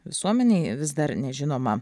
visuomenei vis dar nežinoma